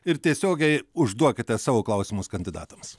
ir tiesiogiai užduokite savo klausimus kandidatams